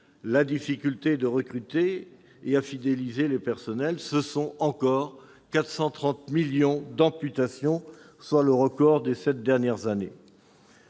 difficultés à recruter et à fidéliser les personnels -, ce sont encore 430 millions d'euros d'amputation, soit le record des sept dernières années.